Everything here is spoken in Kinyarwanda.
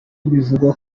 bivugwa